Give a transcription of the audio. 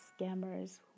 scammers